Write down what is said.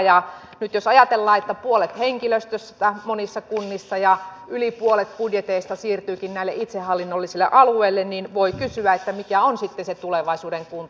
nyt jos ajatellaan että puolet henkilöstöstä monissa kunnissa ja yli puolet budjetista siirtyykin näille itsehallinnollisille alueille niin voi kysyä mikä on sitten se tulevaisuuden kunta